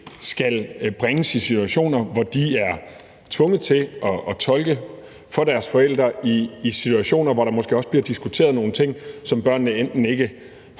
skal bringes i situationer, hvor de er tvunget til at tolke for deres forældre, og hvor der måske også bliver diskuteret nogle ting, som børnene enten ikke har